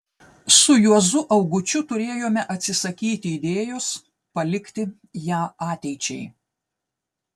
su juozu augučiu turėjome atsisakyti idėjos palikti ją ateičiai